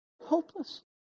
Hopeless